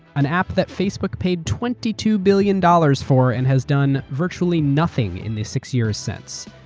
an app that facebook paid twenty two billion dollars for and has done virtually nothing in the six years since.